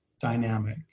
dynamic